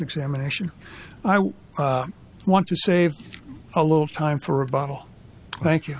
examination i would want to save a little time for a bottle thank you